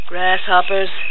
Grasshoppers